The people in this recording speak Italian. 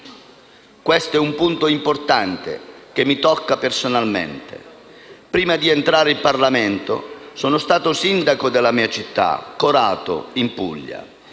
Questo è un punto importante che mi tocca personalmente. Prima di entrare in Parlamento, sono stato sindaco della mia città, Corato, in Puglia.